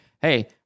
hey